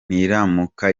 niramuka